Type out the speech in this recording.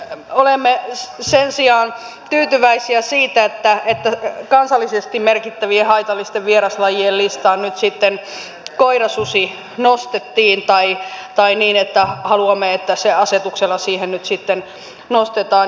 olemme sen sijaan tyytyväisiä siihen että kansallisesti merkittävien haitallisten vieraslajien listaan nyt sitten koirasusi nostettiin tai haluamme että se asetuksella siihen nostetaan